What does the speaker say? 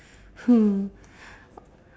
hmm